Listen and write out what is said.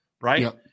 right